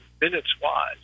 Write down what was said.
minutes-wise